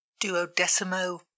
duodecimo